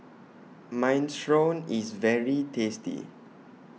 Minestrone IS very tasty